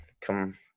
come